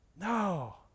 No